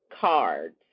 cards